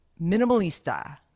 minimalista